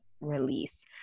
release